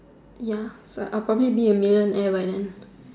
ya but I'll probably be a millionaire by then